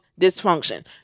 dysfunction